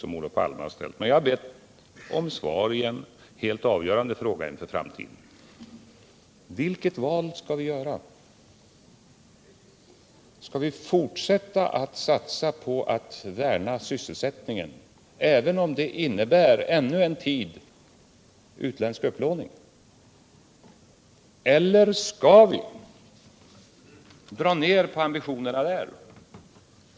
Men jag har tidigare bett om svar på en fråga som är helt avgörande för framtiden: Skall vi fortsätta med att satsa på att värna sysselsättningen, även om det innebär utländsk upplåning ännu en tid? Eller skall vi skruva ner ambitionerna där?